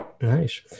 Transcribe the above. Nice